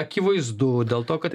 akivaizdu dėl to kad